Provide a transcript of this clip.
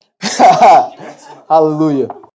Hallelujah